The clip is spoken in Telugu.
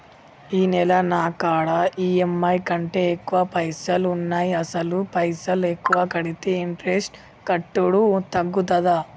ఈ నెల నా కాడా ఈ.ఎమ్.ఐ కంటే ఎక్కువ పైసల్ ఉన్నాయి అసలు పైసల్ ఎక్కువ కడితే ఇంట్రెస్ట్ కట్టుడు తగ్గుతదా?